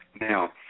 Now